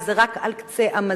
וזה רק על קצה המזלג.